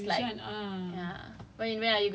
cause you have to consistently do hard cause you never know